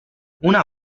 una